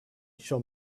shall